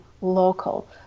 local